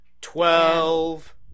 Twelve